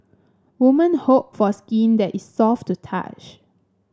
woman hope for skin that is soft to touch